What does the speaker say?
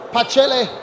Pachele